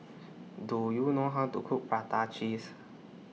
Do YOU know How to Cook Prata Cheese